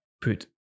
put